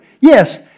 Yes